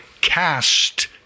cast